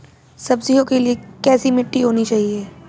सब्जियों के लिए कैसी मिट्टी होनी चाहिए?